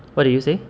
what did you say